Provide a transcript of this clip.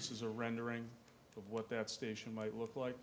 this is a rendering of what that station might look like